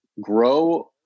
grow